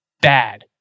bad